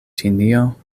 ĉinio